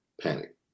panic